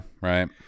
right